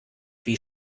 wie